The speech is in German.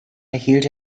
erhielt